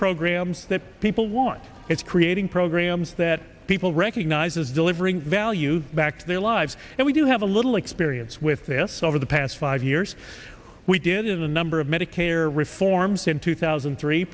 programs that people want it's creating programs that people recognize as delivering value back to their lives and we do have a little experience with this over the past five years we did a number of medicare reforms in two thousand and three